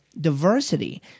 Diversity